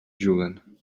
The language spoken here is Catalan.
juguen